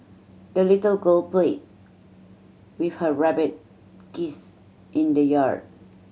the little girl played with her rabbit geese in the yard